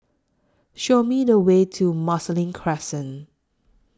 Show Me The Way to Marsiling Crescent